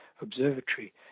observatory